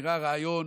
נראה רעיון,